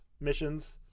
missions